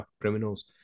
criminals